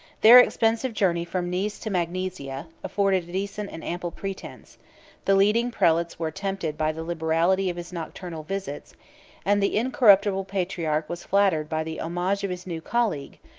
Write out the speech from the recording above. their expensive journey from nice to magnesia, afforded a decent and ample pretence the leading prelates were tempted by the liberality of his nocturnal visits and the incorruptible patriarch was flattered by the homage of his new colleague,